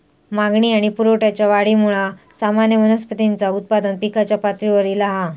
मागणी आणि पुरवठ्याच्या वाढीमुळा सामान्य वनस्पतींचा उत्पादन पिकाच्या पातळीवर ईला हा